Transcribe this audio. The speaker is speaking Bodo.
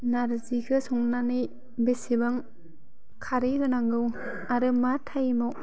नारजिखौ संनानै बिसिबां खारै होनांगौ आरो मा टाइमाव